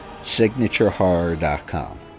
SignatureHorror.com